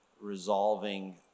resolving